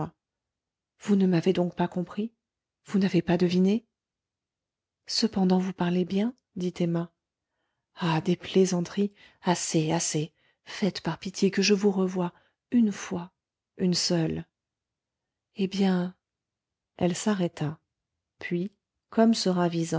vous ne m'avez donc pas compris vous n'avez pas deviné cependant vous parlez bien dit emma ah des plaisanteries assez assez faites par pitié que je vous revoie une fois une seule eh bien elle s'arrêta puis comme se ravisant